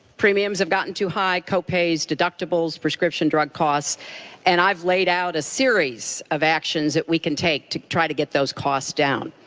premiums have gotten too high, copays, deductibles, prescription drug costs and i have laid out a series of actions that we can take to try to get those costs down.